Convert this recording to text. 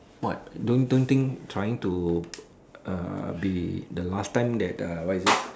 what don't don't think trying to be the last time that what is this